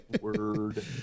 Word